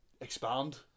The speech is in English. expand